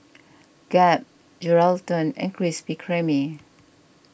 Gap Geraldton and Krispy Kreme